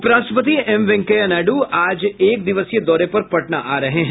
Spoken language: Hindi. उपराष्ट्रपति एम वेंकैया नायड् आज एक दिवसीय दौरे पर पटना आ रहे हैं